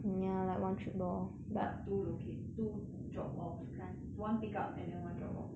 but two loca~ two drop-off kind one pick-up and then one drop-off